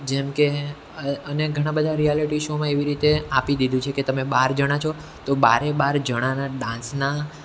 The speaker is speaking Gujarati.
જેમ કે અને ઘણા બધા રિયાલિટી શોમાં એવી રીતે આપી દીધું છે કે તમે બાર જણા છો તો બારે બાર જણાના ડાન્સના